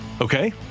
Okay